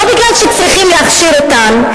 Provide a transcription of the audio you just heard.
לא כי צריכים להכשיר אותן,